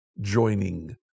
joining